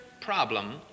problem